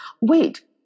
wait